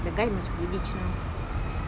the guy is rich now